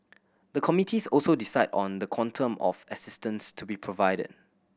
the committees also decide on the quantum of assistance to be provided